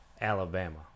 Alabama